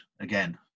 again